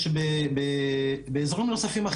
יש באזורים נוספים,